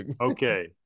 Okay